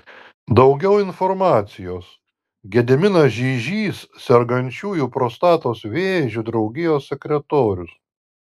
daugiau informacijos gediminas žižys sergančiųjų prostatos vėžiu draugijos sekretorius